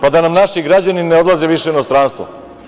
Pa da nam naši građani ne odlaze više u inostranstvo.